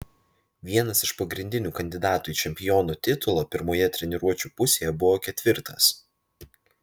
vienas iš pagrindinių kandidatų į čempiono titulą pirmoje treniruočių pusėje buvo ketvirtas